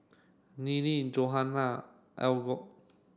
Neely Johana Algot